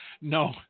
No